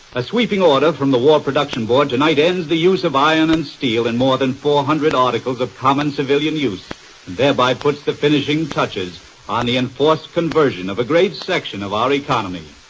a sweeping order from the war production board tonight ends the use of iron and steel in more than four hundred articles of common civilian use, and thereby puts the finishing touches on the enforced conversion of a great section of our economy.